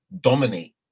dominate